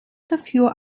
dafür